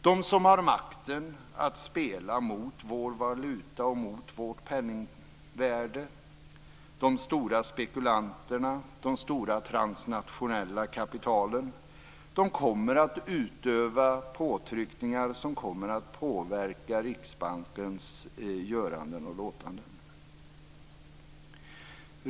De som har makten att spela mot vår valuta och vårt penningvärde, de stora spekulanterna, de stora transnationella kapitalen, kommer att utöva påtryckningar som kommer att påverka Riksbankens göranden och låtanden.